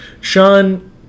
Sean